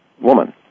woman